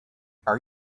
are